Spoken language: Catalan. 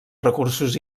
recursos